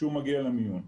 כשהוא מגיע למיון.